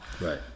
Right